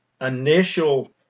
initial